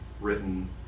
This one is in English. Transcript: written